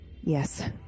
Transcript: Yes